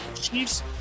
Chiefs